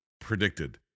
predicted